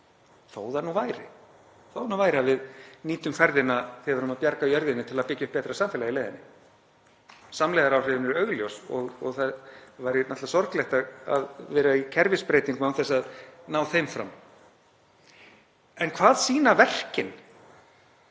Þó það nú væri. Þó það nú væri að við nýttum ferðina þegar við erum að bjarga jörðinni til að byggja upp betra samfélag í leiðinni. Samlegðaráhrifin eru augljós og það væri sorglegt að vera í kerfisbreytingum án þess að ná þeim fram. En hvað sýna verkin?